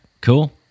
cool